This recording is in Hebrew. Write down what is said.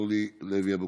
אורלי לוי אבקסיס,